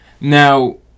Now